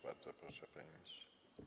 Bardzo proszę, panie ministrze.